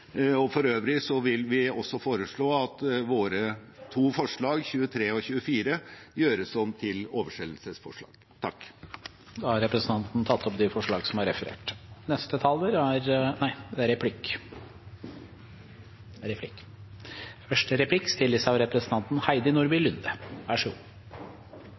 For øvrig vil vi også foreslå at to av våre forslag, nr. 23 og 24, gjøres om til oversendelsesforslag. Da har representanten Hans Andreas Limi tatt opp de forslagene han refererte til. Det blir replikkordskifte. For Høyre har det